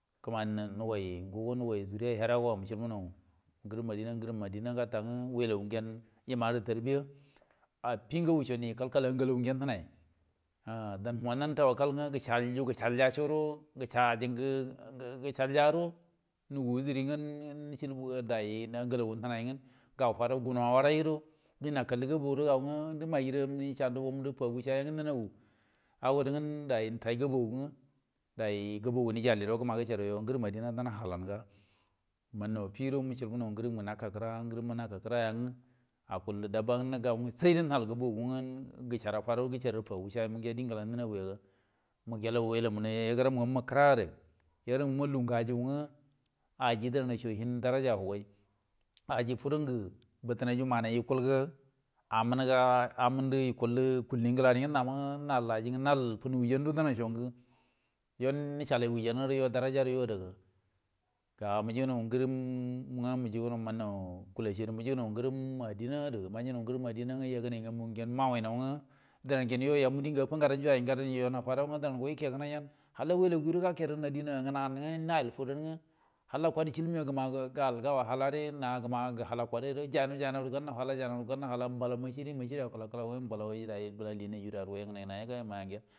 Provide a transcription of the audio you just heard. Kimani nin nagoi nge zunya ya herrange mucibuno ngrim herra ngrim adinna ngrim adinna na towon nge affidugo niji kal kal wella guden naji angalla – dan wan towa kal lenge gecal yu gecalle gudo cha ajinge gecal ogudo wajire ngan nicilbu nao angal gagu henai a fado dimano diy nakal gabulo do yau ngu do inde maigida chanduo fau wo cai dai itai ngabougudo dai gabau naji alliro gecar ngrim adinna nan halanga manno afigudo nicilbuno ngrim adinna ngrimma naka kira yen akulge dabba nge niga sai de nigal nge gabonge gecar ra fado fada yen nga diy ngela nicega gallau wellamma yegeramma kira gede – yo ge lugu ajun nge aji dan woco hin darajan nge hogo, aji fudunge bitinai yo manai yukul nge amun ga amun din fidinge yukul ga yukul ngra na apahge nal ajinge nal funu wuiango do denai con nge yen gecalai darajan darajo yo adara ga mujunu ngrim ge nutuno ngrim adinna gede yawuinoyen gan yen yamu di yai ngadan yo affa ngadui dan yen ikegeno, gekano adirno ngənayen halla kwade cillin man ma nga go halayen gemage hala kwadiyen kai jai ri hala kwade wolai masidi, masidi acula karayen wali naji dan.